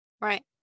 right